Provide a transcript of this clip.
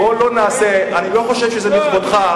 מאיפה אדוני כל כך,